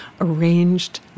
arranged